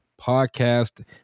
podcast